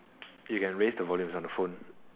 you can raise the volume is on the phone